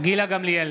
גמליאל,